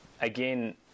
again